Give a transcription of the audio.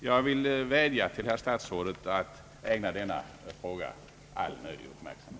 Jag vill vädja till statsrådet att ägna denna fråga all möjlig uppmärksamhet.